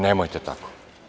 Nemojte tako.